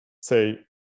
say